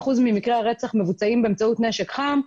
כנראה שלא שמעת את החלק הראשון של הדברים שלי.